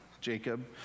Jacob